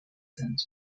sind